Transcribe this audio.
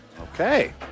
Okay